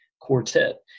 quartet